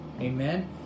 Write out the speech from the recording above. Amen